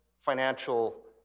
financial